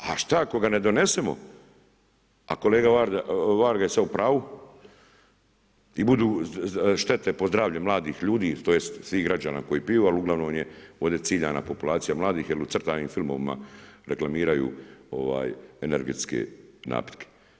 A šta ako ga ne donesemo a kolega Varga je sada u pravu i budu štete po zdravlje mladih ljudi, tj. svih građana koji piju ali uglavnom je ovdje ciljana populacija mladih jer u crtanim filmovima reklamiraju energetske napitke.